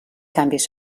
canvis